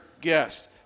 guest